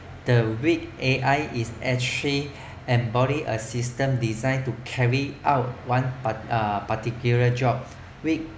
the week A_I is actually embodies a system designed to carry out one uh particular job weak